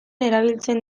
erabiltzen